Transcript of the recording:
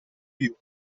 più